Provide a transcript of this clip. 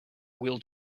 will